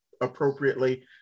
appropriately